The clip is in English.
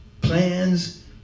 plans